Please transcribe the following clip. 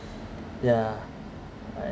yeah